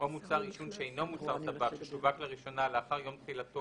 או מוצר עישון שאינו מוצר טבק ששווק לראשונה לאחר יום תחילתו